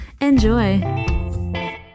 enjoy